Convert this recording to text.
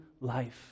life